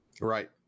Right